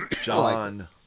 John